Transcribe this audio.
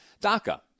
DACA